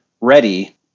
ready